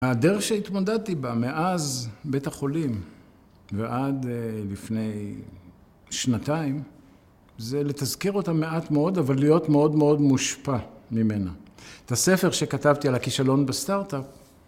הדרך שהתמודדתי בה מאז בית החולים ועד לפני שנתיים, זה לתזכיר אותה מעט מאוד, אבל להיות מאוד מאוד מושפע ממנה. את הספר שכתבתי על הכישלון בסטארט-אפ